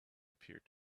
appeared